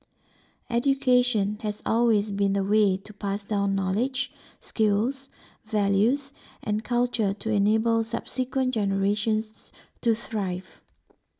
education has always been the way to pass down knowledge skills values and culture to enable subsequent generations to thrive